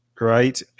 right